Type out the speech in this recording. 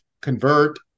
convert